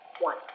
One